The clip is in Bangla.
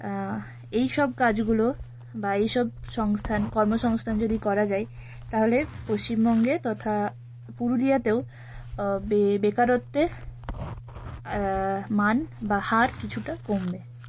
এইসব কাজগুলো বা এইসব সংস্থান কর্মসংস্থান যদি করা যায় তাহলে পশ্চিমবঙ্গে তথা পুরুলিয়াতেও বেকারত্বের মান বা হার কিছুটা কমবে